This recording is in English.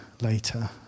later